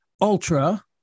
Ultra